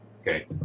Okay